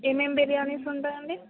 ఏమేం బిర్యానీస్ ఉంటాయి అండీ